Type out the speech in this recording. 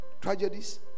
tragedies